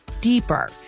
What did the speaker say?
deeper